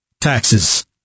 taxes